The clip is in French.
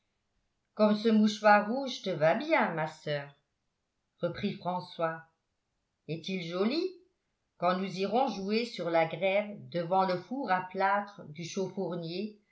comme ce mouchoir rouge te va bien ma soeur reprit françois est-il joli quand nous irons jouer sur la grève devant le four à plâtre du